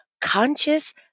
conscious